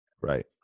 Right